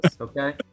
okay